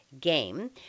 game